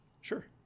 Sure